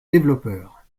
développeur